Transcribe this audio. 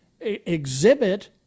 exhibit